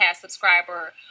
subscriber